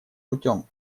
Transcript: путем